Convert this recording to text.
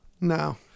No